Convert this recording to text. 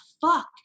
fuck